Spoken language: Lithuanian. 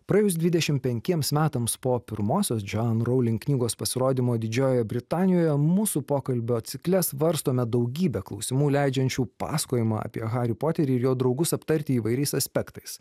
praėjus dvidešim penkiems metams po pirmosios joanne rowling knygos pasirodymo didžiojoje britanijoje mūsų pokalbio cikle svarstome daugybę klausimų leidžiančių pasakojimą apie harį poterį ir jo draugus aptarti įvairiais aspektais